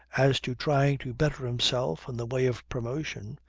as to trying to better himself in the way of promotion,